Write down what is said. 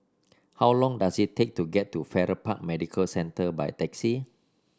how long does it take to get to Farrer Park Medical Centre by taxi